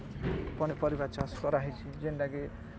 ପନିପରିବା ଚାଷ୍ କରାହେଇଛେ ଯେନ୍ଟାକି